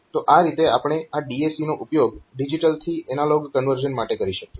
તો આ રીતે આપણે આ DAC નો ઉપયોગ ડીજીટલ થી એનાલોગ કન્વર્ઝન માટે કરી શકીએ